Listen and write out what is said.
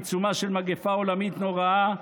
בעיצומה של מגפה עולמית נוראה,